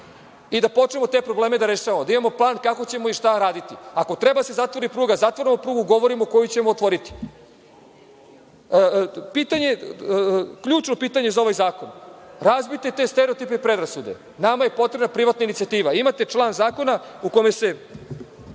i da počnemo te probleme da rešavamo, da imamo plan kako ćemo i šta raditi. Ako treba da se zatvori pruga, da zatvorimo prugu, govorimo koju ćemo otvoriti. Ključno pitanje za ovaj zakon – razbijte te stereotipe i predrasude. Nama je potrebna privatna inicijativa. Imate član zakona u kome se